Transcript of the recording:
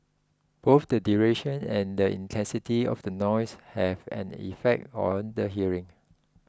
both the duration and the intensity of the noise have an effect on the hearing